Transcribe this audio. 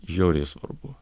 žiauriai svarbu